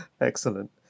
Excellent